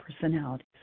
personalities